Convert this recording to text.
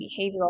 behavioral